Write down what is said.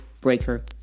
Breaker